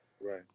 Right